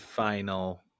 Final